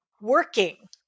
working